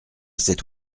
cet